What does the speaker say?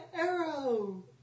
Arrow